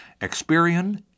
Experian